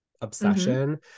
obsession